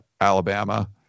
Alabama